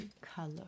color